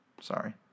Sorry